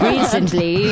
Recently